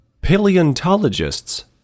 Paleontologists